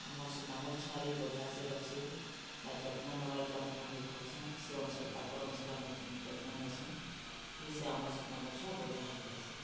ଆମର୍ ସେ ଦାମୁର୍ ଛୁଆ ବି ବଢ଼ିଆସେ ରହେସି ତାର୍ ଯତ୍ନ ନେବାର୍କେ ଆମ୍କୁମନ୍କୁ କହେସନ୍ ସେ ଅନୁସାରେ ତାକର୍ ଅନୁସାରେ ଆମେ ଯତ୍ନ ନେସୁଁ ବି ସେ ଆମର ସେ ଦାମୁର୍ ଛୁଆ ବଢ଼ିଆ ହେଇଯାଏସି